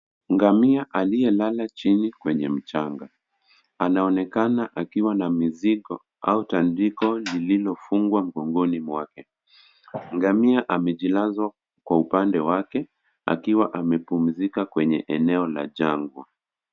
Ngamia alielala chini kwenye mchanga. Anaonekana akiwa na mizigo au tandiko liliofungwa mgongoni mwake. Ngamia amejilaza kwa upande wake akiwa amepumzika kwenye eneo la jangwa.